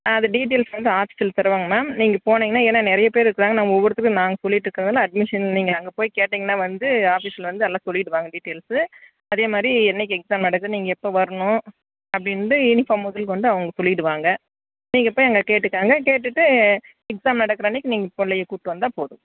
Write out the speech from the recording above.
ஆ அது டீடைல்ஸ் வந்து ஆபீஸ்சில் தருவாங்க மேம் நீங்கள் போனீங்கன்னால் ஏன்னால் நிறையா பேர் இருக்கிறாங்க நாங்கள் ஒவ்வொருத்தருக்கும் நாங்கள் சொல்லிட்டு இருக்கிறதுனால அட்மிஷன் நீங்கள் அங்கே போய் கேட்டீங்கன்னால் வந்து ஆபீஸ்சில் வந்து எல்லாம் சொல்லிவிடுவாங்க டீடைல்ஸ் அதேமாதிரி என்றைக்கி எக்ஸாம் நடக்குது நீங்கள் எப்போ வரணும் அப்படின்றது யூனிபார்ம் முதற்கொண்டு அவங்க சொல்லிவிடுவாங்க நீங்கள் போய் அங்கே கேட்டுக்கோங்க கேட்டுவிட்டு எக்ஸாம் நடக்கிற அன்றைக்கி நீங்கள் பிள்ளைய கூட்டு வந்தால்ப் போதும்